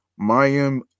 Mayim